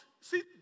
see